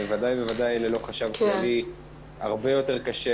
בוודאי ובוודאי ללא חשב כללי הרבה יותר קשה